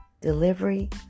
delivery